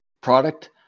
product